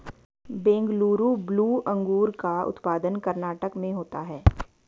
Bengaluru blue अंगूर का उत्पादन कर्नाटक में होता है